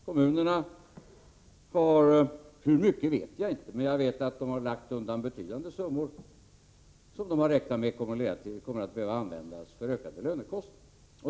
Jag vet inte hur mycket kommunerna har, men de har lagt undan betydande summor som de har räknat med kommer att behöva användas för ökade lönekostnader.